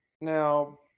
now